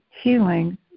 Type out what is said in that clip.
healing